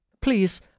Please